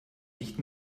nicht